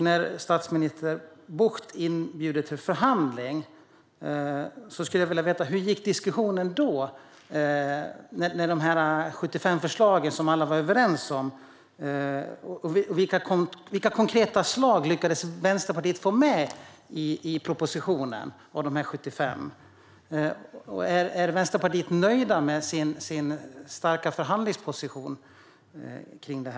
Jag skulle vilja veta hur diskussionen gick när statsrådet Bucht inbjöd till förhandling. Det handlade om de 75 förslag som alla var överens om. Vilka konkreta förslag lyckades Vänsterpartiet få med i propositionen av de 75? Är Vänsterpartiet nöjt med sin starka förhandlingsposition i frågan?